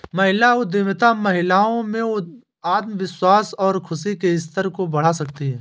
महिला उद्यमिता महिलाओं में आत्मविश्वास और खुशी के स्तर को बढ़ा सकती है